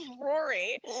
Rory